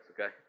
okay